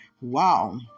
wow